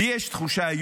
לי יש תחושה,